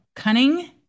Cunning